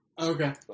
Okay